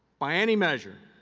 by any measure,